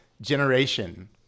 generation